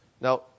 Now